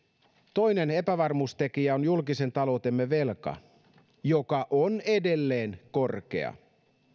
toinen epävarmuustekijä on julkisen taloutemme velka joka on edelleen korkea